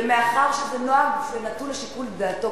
ומאחר שזה נוהג שנתון לשיקול דעתו